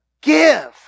give